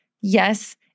Yes